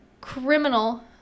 criminal